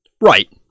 Right